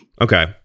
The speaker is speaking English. Okay